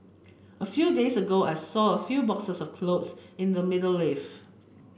a few days ago I saw a few boxes of clothe in the middle lift